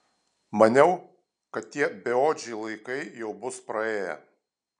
maniau kad tie beodžiai laikai jau bus praėję